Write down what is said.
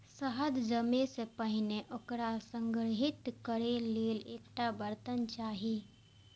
शहद जमै सं पहिने ओकरा संग्रहीत करै लेल एकटा बर्तन चाही